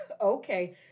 Okay